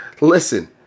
Listen